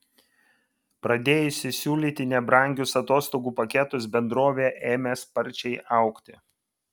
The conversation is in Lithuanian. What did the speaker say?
pradėjusi siūlyti nebrangius atostogų paketus bendrovė ėmė sparčiai augti